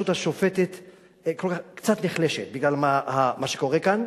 השופטת קצת נחלשת בגלל מה שקורה שכאן,